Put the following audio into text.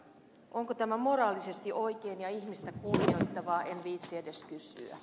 onko tämä moraalisesti oikein ja ihmistä kunnioittavaa en viitsi edes kysyä